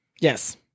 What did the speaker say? Yes